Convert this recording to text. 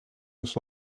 eens